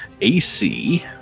AC